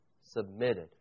submitted